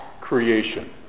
creation